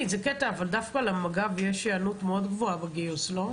דווקא למג"ב יש היענות מאוד גבוהה בגיוס, לא?